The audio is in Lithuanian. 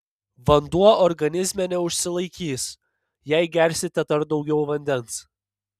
vanduo organizme neužsilaikys jei gersite dar daugiau vandens